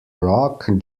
rock